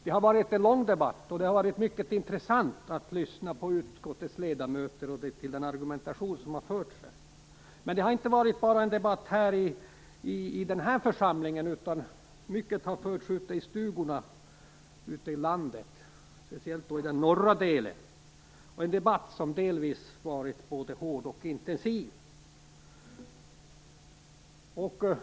Det har varit en lång debatt, och det har varit mycket intressant att lyssna på utskottets ledamöter och till den argumentation som har förts här. Men det har inte bara varit en debatt i den här församlingen, utan många diskussioner har förts i stugorna ute i landet, speciellt i den norra delen, en debatt som delvis varit både hård och intensiv.